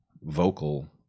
vocal